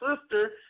sister